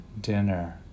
dinner